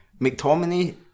McTominay